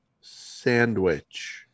sandwich